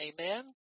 Amen